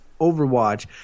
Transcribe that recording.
Overwatch